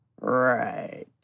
Right